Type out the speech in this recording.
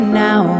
now